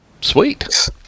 Sweet